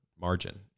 margin